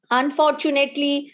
unfortunately